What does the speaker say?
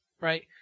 right